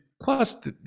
plus